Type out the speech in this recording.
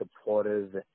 supportive